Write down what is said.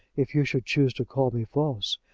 if you should choose to call me false,